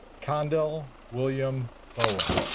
condel william bowen